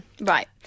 Right